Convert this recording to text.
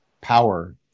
power